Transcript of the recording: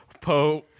Poe